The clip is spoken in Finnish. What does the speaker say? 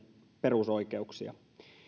perusoikeuksia